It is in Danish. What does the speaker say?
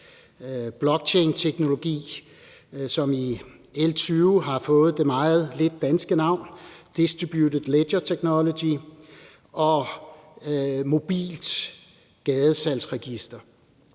blockchainteknologi, som i L 20 har fået det meget lidt danske navn distributed ledger technology, og et mobilt gadesalgsregister.